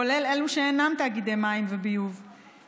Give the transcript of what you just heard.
כולל אלו שאינם תאגידי מים וביוב,